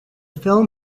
film